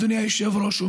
אדוני היושב-ראש,